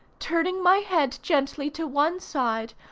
turning my head gently to one side,